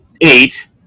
eight